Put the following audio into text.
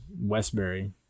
Westbury